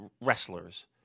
wrestlers